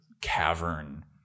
cavern